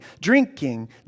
drinking